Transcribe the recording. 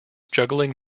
juggling